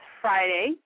Friday